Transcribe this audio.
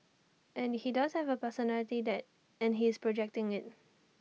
and he does not have A personality and he is projecting IT